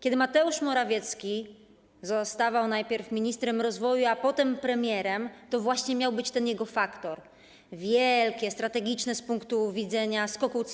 Kiedy Mateusz Morawiecki zostawał najpierw ministrem rozwoju, a potem premierem, to właśnie miał być ten jego faktor, wielkie, strategiczne z punktu widzenia skoku